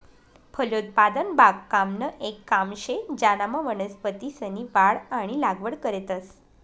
फलोत्पादन बागकामनं येक काम शे ज्यानामा वनस्पतीसनी वाढ आणि लागवड करतंस